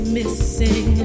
missing